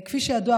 כפי שידוע,